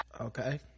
Okay